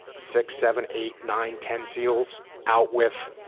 six, seven, eight, nine, ten seals out with